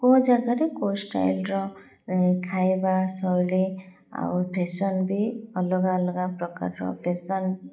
କେଉଁ ଜାଗାରେ କେଉଁ ଷ୍ଟାଇଲର ଖାଇବା ଶୈଳୀ ଆଉ ଫ୍ୟାସନ୍ ବି ଅଲଗା ଅଲଗା ପ୍ରକାରର ଫ୍ୟାସନ୍